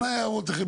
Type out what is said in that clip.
אנא הערותיכם.